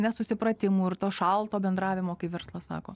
nesusipratimų ir to šalto bendravimo kai verslas sako